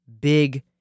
big